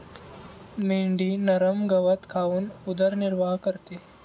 मेंढी नरम गवत खाऊन उदरनिर्वाह करते